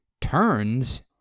turns